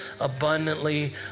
abundantly